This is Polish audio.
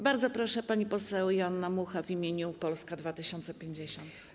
Bardzo proszę, pani poseł Joanna Mucha w imieniu Polska 2050.